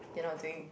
you know doing